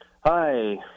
hi